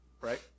Right